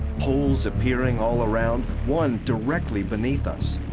holes appearing all around, one directly beneath us.